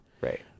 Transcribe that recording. Right